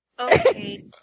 Okay